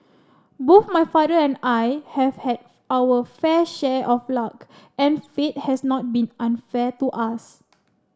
both my father and I have had our fair share of luck and fate has not been unfair to us